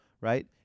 right